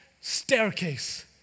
staircase